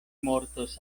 mortos